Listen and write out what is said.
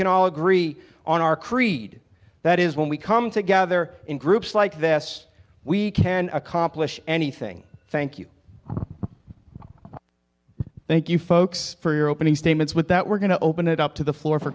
can all agree on our creed that is when we come together in groups like this we can accomplish anything thank you thank you folks for your opening statements with that we're going to open it up to the floor for